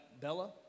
Bella